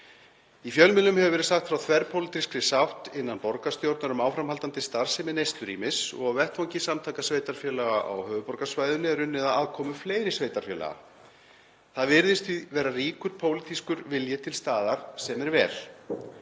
Í fjölmiðlum hefur verið sagt frá þverpólitískri sátt innan borgarstjórnar um áframhaldandi starfsemi neyslurýmis og á vettvangi Samtaka sveitarfélaga á höfuðborgarsvæðinu er unnið að aðkomu fleiri sveitarfélaga. Það virðist því vera ríkur pólitískur vilji til staðar, sem er vel.